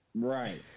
Right